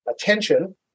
attention